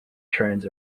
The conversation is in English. trains